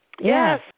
Yes